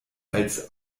als